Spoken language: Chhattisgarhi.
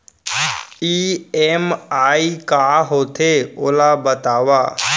ई.एम.आई का होथे, ओला बतावव